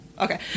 okay